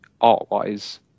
art-wise